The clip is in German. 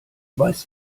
weißt